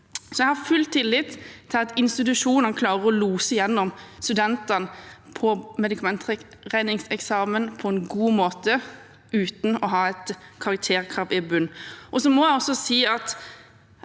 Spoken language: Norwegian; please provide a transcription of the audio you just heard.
jeg har full tillit til at institusjonene klarer å lose studentene igjennom medikamentregningseksamen på en god måte uten å ha et karakterkrav i bunnen.